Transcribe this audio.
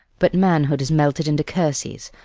but manhood is melted into cursies,